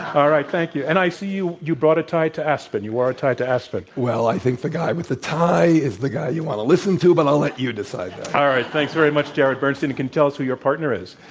all right. thank you. and i see you you brought a tie to aspen. you wore a tie to aspen. well, i think the guy with the tie is the guy you want to listen to, but i'll let you decide that. all right. thanks very much, jared bernstein. you can tell us who your partner is.